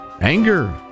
anger